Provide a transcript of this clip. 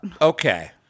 Okay